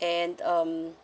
and um